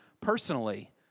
personally